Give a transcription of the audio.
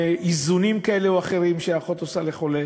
באיזונים כאלה או אחרים שאחות עושה לחולה.